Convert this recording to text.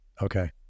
Okay